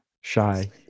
Shy